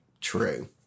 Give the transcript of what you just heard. true